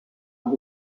les